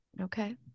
Okay